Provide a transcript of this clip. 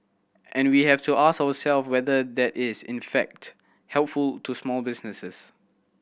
and we have to ask ourselves whether that is in fact helpful to small businesses